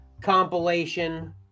compilation